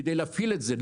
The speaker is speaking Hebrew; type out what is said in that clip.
כדי להפעיל את זה,